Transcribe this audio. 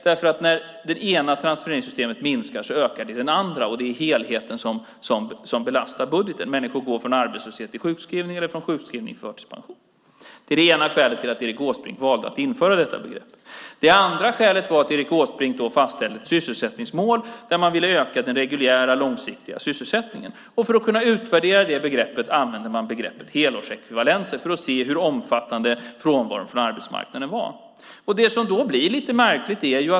När det minskar i det ena transfereringssystemet ökar det nämligen i det andra, och det är helheten som belastar budgeten - att människor går från arbetslöshet till sjukskrivning eller från sjukskrivning till förtidspension. Det är det ena skälet till att Erik Åsbrink valde att införa detta begrepp. Det andra skälet var att Erik Åsbrink fastställde ett sysselsättningsmål, där man ville öka den reguljära, långsiktiga sysselsättningen. För att kunna utvärdera det begreppet använde man begreppet helårsekvivalenter för att se hur omfattande frånvaron från arbetsmarknaden var.